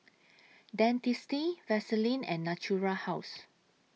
Dentiste Vaselin and Natura House